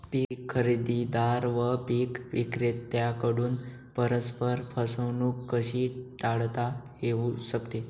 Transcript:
पीक खरेदीदार व पीक विक्रेत्यांकडून परस्पर फसवणूक कशी टाळता येऊ शकते?